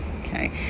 Okay